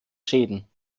schäden